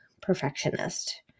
perfectionist